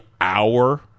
hour